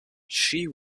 she